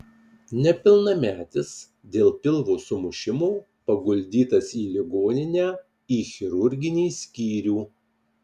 nepilnametis dėl pilvo sumušimo paguldytas į ligoninę į chirurginį skyrių